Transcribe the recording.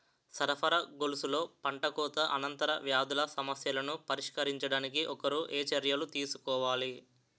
సరఫరా గొలుసులో పంటకోత అనంతర వ్యాధుల సమస్యలను పరిష్కరించడానికి ఒకరు ఏ చర్యలు తీసుకోవాలి?